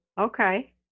Okay